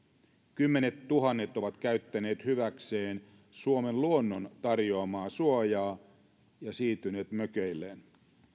kymmenettuhannet ovat käyttäneet hyväkseen suomen luonnon tarjoamaa suojaa ja siirtyneet mökeilleen